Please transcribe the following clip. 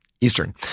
Eastern